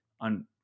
on